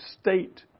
state